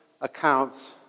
accounts